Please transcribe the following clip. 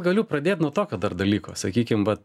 galiu pradėt nuo tokio dar dalyko sakykim vat